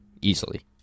Easily